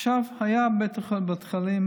עכשיו, היו בתי חולים,